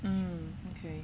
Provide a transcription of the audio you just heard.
um okay